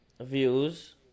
Views